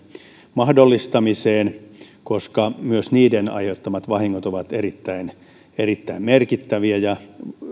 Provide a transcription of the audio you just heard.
mahdollistamiseen koska myös niiden aiheuttamat vahingot ovat erittäin erittäin merkittäviä ja